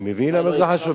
אני מבין למה זה חשוב.